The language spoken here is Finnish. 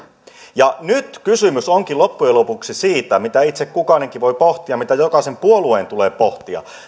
ja nyt kysymys onkin loppujen lopuksi siitä mitä itse kukainenkin voi pohtia mitä jokaisen puolueen tulee pohtia